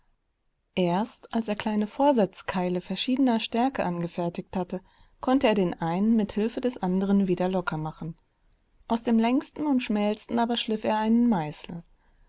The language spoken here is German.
erst als er kleine vorsetzkeile verschiedener stärke angefertigt hatte konnte er den einen mit hilfe des anderen wieder lockermachen aus dem längsten und schmälsten aber schliff er einen meißel